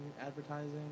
advertising